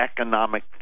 economic